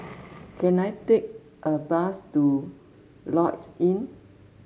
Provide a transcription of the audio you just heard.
can I take a bus to Lloyds Inn